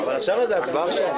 איך אתם כל פעם נופלים בפח הזה?